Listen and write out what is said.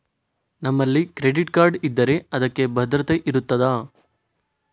ನಮ್ಮಲ್ಲಿ credit card ಇದ್ದರೆ ಅದಕ್ಕೆ ಭದ್ರತೆ ಇರುತ್ತದಾ?